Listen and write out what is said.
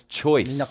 choice